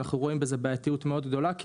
אנחנו רואים בזה בעייתיות מאוד גדולה כי